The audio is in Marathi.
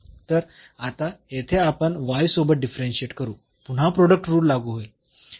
तर आता येथे आपण y सोबत डिफरन्शियेट करू पुन्हा प्रोडक्ट रुल लागू होईल